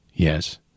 Yes